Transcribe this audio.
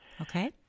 Okay